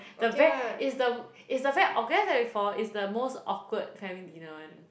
the ver~ it's the it's the very for it's the most awkward family dinner [one]